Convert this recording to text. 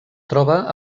troba